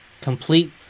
Complete